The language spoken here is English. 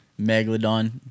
megalodon